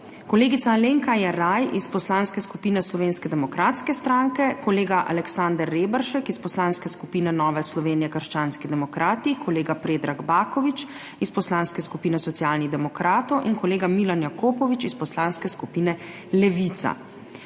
kolegica Alenka Jeraj iz Poslanske skupine Slovenske demokratske stranke, kolega Aleksander Reberšek iz Poslanske skupine Nova Slovenija – krščanski demokrati, kolega Predrag Baković iz Poslanske skupine Socialnih demokratov in kolega Milan Jakopovič iz Poslanske skupine Levica.